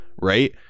right